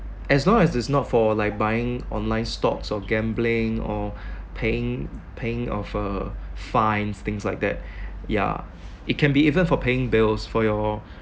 as long as it's not for like buying online stocks or gambling or paying paying of a fine things like that yeah it can be even for paying bills for your